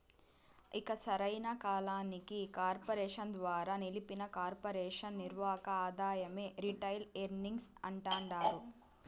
ఇక సరైన కాలానికి కార్పెరేషన్ ద్వారా నిలిపిన కొర్పెరేషన్ నిర్వక ఆదాయమే రిటైల్ ఎర్నింగ్స్ అంటాండారు